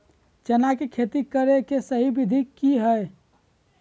चना के खेती करे के सही विधि की हय?